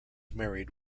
married